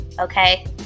Okay